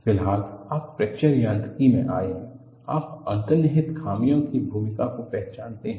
फिलहाल आप फ्रैक्चर यांत्रिकी में आए हैं आप अंतर्निहित खामियों की भूमिका को पहचानते हैं